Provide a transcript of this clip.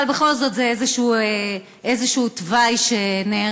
אבל בכל זאת, זה איזשהו תוואי שנערך,